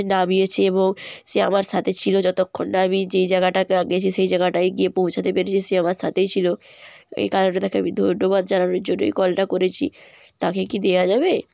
নামিয়েছে এবং সে আমার সাথে ছিলো যতক্ষণ না আমি যেই জায়গাটাতে গেছি সেই জায়গাটায় গিয়ে পৌঁছাতে পেরেছি সে আমার সাথেই ছিলো এই কারণে তাকে আমি ধন্যবাদ জানানোর জন্যই কলটা করেছি তাকে কি দেওয়া যাবে